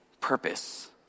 purpose